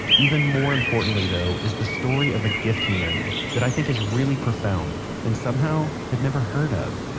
even more importantly though is the story of a gift he made that i think is really profound and somehow had never heard of.